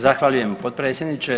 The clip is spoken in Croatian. Zahvaljujem potpredsjedniče.